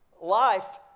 Life